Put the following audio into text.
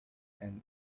and